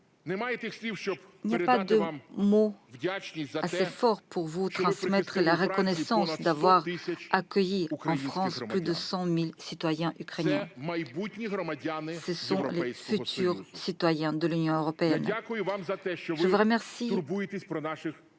il n'y a pas de mots assez forts pour vous exprimer notre reconnaissance d'avoir accueilli en France plus de 100 000 de nos concitoyens, qui sont aussi de futurs citoyens de l'Union européenne. Je vous remercie